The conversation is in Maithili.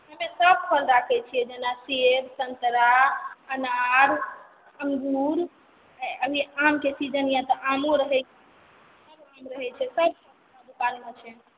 हमे सब फल राखै छियै जेना सेब सन्तरा अनार अंगूर अभी आमके सीजन यऽ तऽ आमो रहै छै सब आम रहै छै सब दोकानमे छै